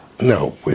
No